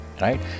Right